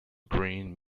green